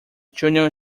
junior